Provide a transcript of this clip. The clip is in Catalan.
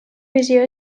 visió